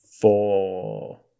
four